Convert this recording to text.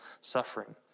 suffering